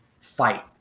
fight